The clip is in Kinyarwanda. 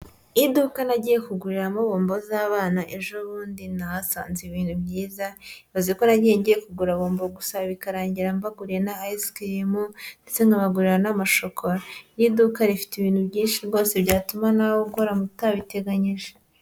Iduka nagiye ku kuguriramo bombo z'abana ejo bundi nahasanze ibintu byiza, ibaze ko nagiye ngiye kugura bombo gusa bikarangira mbaguriye na ayisikirimu ndetse nkabagurira n'amashokora, iri duka rifite ibintu byinshi rwose byatuma nawe ugura utabiteganyije.